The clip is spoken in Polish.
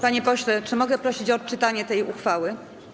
Panie pośle, czy mogę prosić o odczytanie tej uchwały?